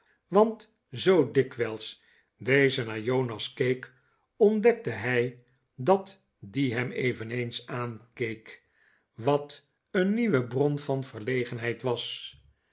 want zoo dikwijls deze naar jonas keek ontdekte hij dat die hem eveneens aankeek wat een nieuwe bron van verlegenheid was